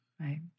right